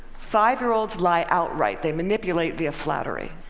five-year-olds lie outright. they manipulate via flattery.